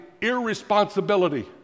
irresponsibility